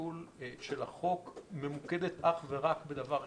הפיצול של החוק ממוקדת אך ורק בדבר אחד: